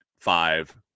five